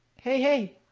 hey hey,